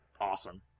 Awesome